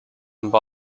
also